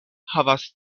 havas